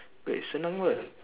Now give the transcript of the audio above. wait senang ke pe